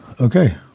Okay